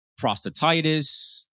prostatitis